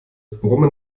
brummen